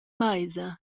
meisa